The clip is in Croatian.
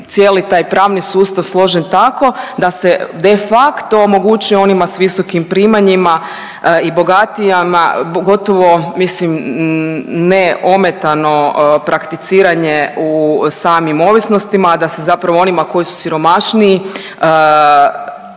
cijeli taj pravni sustav složen tako da se de facto omogućuje onima s visokim primanjima i bogatijima pogotovo mislim ne ometano prakticiranje u samim ovisnostima, a da se zapravo onima koji su siromašniji